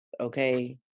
Okay